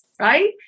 right